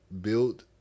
built